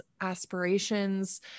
aspirations